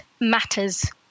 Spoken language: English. matters